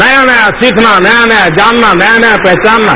नया नया सीखना नया नया जानना नया नया पहचानना